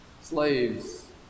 slaves